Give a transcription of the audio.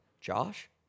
Josh